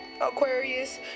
aquarius